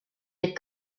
est